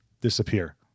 disappear